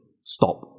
stop